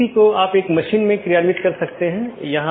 इसपर हम फिर से चर्चा करेंगे